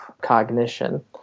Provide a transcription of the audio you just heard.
cognition